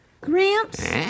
Gramps